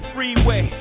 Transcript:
Freeway